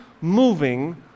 moving